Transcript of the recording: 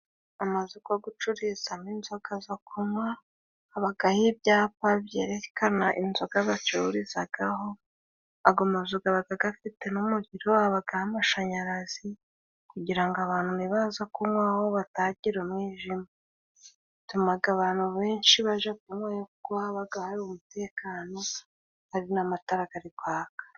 Amazu ko gucururizamo inzoga zo kunywa habagaho ibyapa byerekana inzoga bacururizagaho, ago mazu gabaga gafite n'umuriro, habagaho amashanyarazi kugira ngo abantu nibaza kunywaho batagira umwijima. Bitumaga abantu benshi baja kunywayo kuko habaga hari umutekano hari n'amatara gari kwaka.